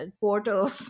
portal